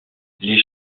les